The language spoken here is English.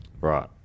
Right